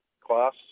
class